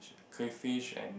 crayfish and